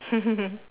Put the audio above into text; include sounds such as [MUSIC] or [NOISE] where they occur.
[LAUGHS]